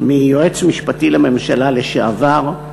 מיועץ משפטי לממשלה לשעבר,